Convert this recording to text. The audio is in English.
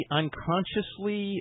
unconsciously